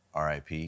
RIP